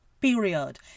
period